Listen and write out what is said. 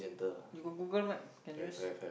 you got Google Map can use